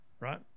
right